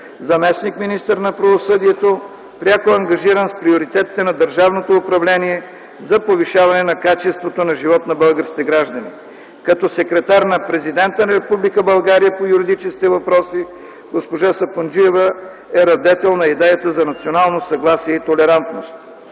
заместник-министър на правосъдието, пряко ангажиран с приоритетите на държавното управление за повишаване качеството на живот на българските граждани. Като секретар на президента на Република България по юридическите въпроси госпожа Сапунджиева е радетел на идеята за национално съгласие и толерантност.